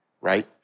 right